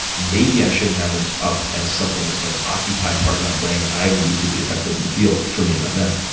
maybe i shouldn't have those up as something that's going to occupy a part of my brain i need to be effective in the field for me and my men.